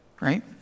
Right